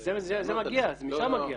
זה משם מגיע.